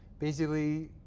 basically,